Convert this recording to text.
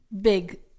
big